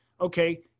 okay